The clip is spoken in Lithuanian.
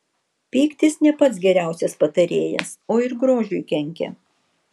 pyktis ne pats geriausias patarėjas o ir grožiui kenkia